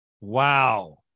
Wow